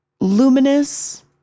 luminous